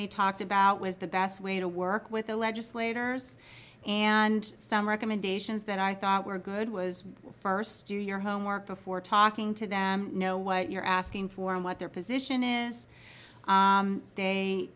they talked about was the best way to work with the legislators and some recommendations that i thought were good was first do your homework before talking to them know what you're asking for and what their position is they